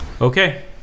Okay